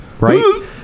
Right